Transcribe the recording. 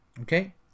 Okay